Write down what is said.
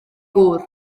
gŵr